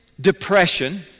depression